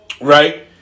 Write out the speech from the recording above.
Right